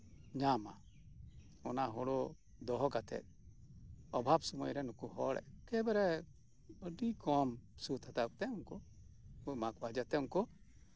ᱧᱟᱢᱟ ᱚᱱᱟ ᱦᱩᱲᱩ ᱫᱚᱦᱚ ᱠᱟᱛᱮᱜ ᱚᱵᱷᱟᱵᱽ ᱥᱚᱢᱚᱭᱨᱮ ᱱᱩᱠᱩ ᱦᱚᱲ ᱮᱠᱮᱵᱟᱨᱮ ᱟᱹᱰᱤ ᱠᱚᱢ ᱥᱩᱫ ᱦᱟᱛᱟᱣ ᱠᱟᱛᱮᱜ ᱩᱱᱠᱩ ᱠᱚ ᱮᱢᱟ ᱠᱚᱣᱟ ᱡᱟᱛᱮ ᱩᱱᱠᱩ